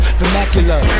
vernacular